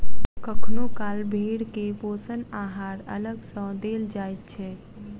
कखनो काल भेंड़ के पोषण आहार अलग सॅ देल जाइत छै